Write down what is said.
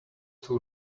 too